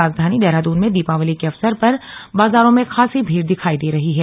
राजधानी देहरादून में दीपावली के अवसर पर बाजारों में खासी भीड़ दिखायी दे रही है